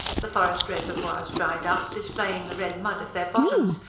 the forest reservoirs dried up, displaying the red mud of their bottoms,